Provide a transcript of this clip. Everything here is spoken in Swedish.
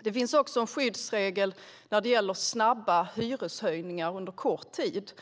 Det finns också en skyddsregel som gäller snabba hyreshöjningar under kort tid.